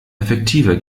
effektiver